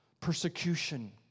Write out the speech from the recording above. Persecution